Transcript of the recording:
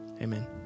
amen